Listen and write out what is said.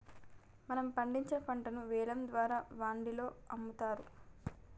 మనం పండించిన పంటను వేలం ద్వారా వాండిలో అమ్ముతారు